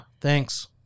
Thanks